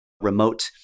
remote